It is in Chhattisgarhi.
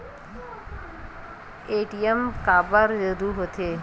ए.टी.एम काबर जरूरी हो थे?